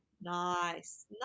nice